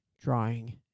drawing